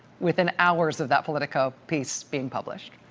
within hours of that politico piece being published,